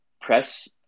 press